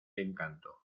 encanto